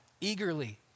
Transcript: eagerly